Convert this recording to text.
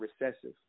recessive